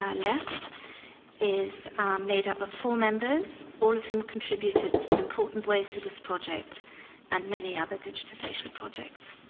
ah left is made up of four members, all of whom contributed in important ways to this project and many other digitization projects.